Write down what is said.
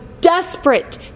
desperate